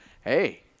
hey